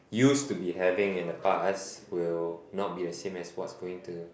used to be having in the past will not be as same as what's going to